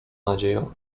nadzieją